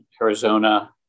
Arizona